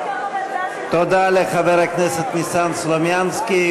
תודה לחבר הכנסת ניסן סלומינסקי,